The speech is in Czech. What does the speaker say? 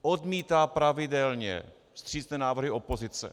Odmítá pravidelně vstřícné návrhy opozice.